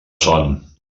son